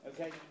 Okay